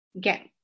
get